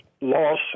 loss